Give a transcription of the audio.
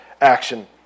action